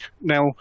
Now